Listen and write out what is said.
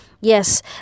Yes